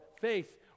faith